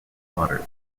daughters